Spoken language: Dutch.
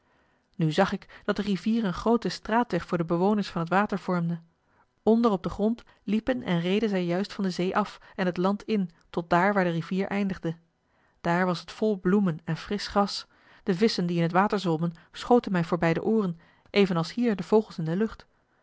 nu zag ik dat de rivier een grooten straatweg voor de bewoners van het water vormde onder op den grond liepen en reden zij juist van de zee af en het land in tot daar waar de rivier eindigde daar was het vol bloemen en frisch gras de visschen die in het water zwommen schoten mij voorbij de ooren evenals hier de vogels in de lucht